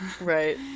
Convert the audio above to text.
Right